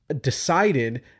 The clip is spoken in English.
decided